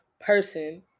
person